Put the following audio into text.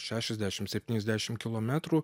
šešiasdešim septyniasdešim kilometrų